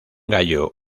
gallo